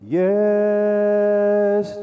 yes